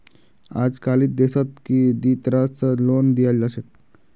अजकालित देशत दी तरह स लोन दियाल जा छेक